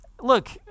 Look